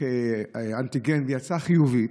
אנטיגן ויצאה חיובית,